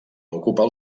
ocupar